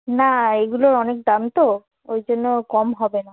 না এইগুলোর অনেক দাম তো ওই জন্য কম হবে না